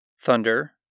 Thunder